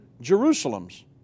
Jerusalems